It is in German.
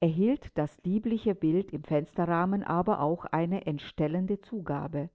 erhielt das liebliche bild im fensterrahmen aber auch eine entstellende zugabe